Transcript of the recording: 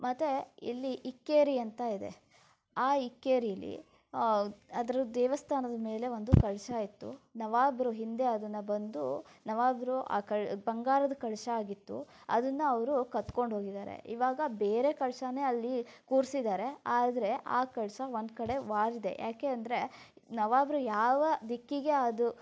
ಮತ್ತು ಇಲ್ಲಿ ಇಕ್ಕೇರಿ ಅಂತ ಇದೆ ಆ ಇಕ್ಕೇರಿಯಲ್ಲಿ ಅದರ ದೇವಸ್ಥಾನದ ಮೇಲೆ ಒಂದು ಕಳಶ ಇತ್ತು ನವಾಬರು ಹಿಂದೆ ಅದನ್ನು ಬಂದು ನವಾಬರು ಆ ಕ ಬಂಗಾರದ ಕಳಶ ಆಗಿತ್ತು ಅದನ್ನು ಅವರು ಕದ್ದುಕೊಂಡು ಹೋಗಿದ್ದಾರೆ ಇವಾಗ ಬೇರೆ ಕಳಶಾನೇ ಅಲ್ಲಿ ಕೂರ್ಸಿದ್ದಾರೆ ಆದರೆ ಆ ಕಳಶ ಒಂದು ಕಡೆ ವಾಲಿದೆ ಯಾಕೆ ಅಂದರೆ ನವಾಬರು ಯಾವ ದಿಕ್ಕಿಗೆ ಅದು